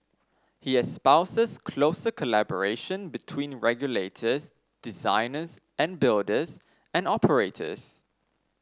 he espouses closer collaboration between regulators designers and builders and operators